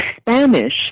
Spanish